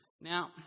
Now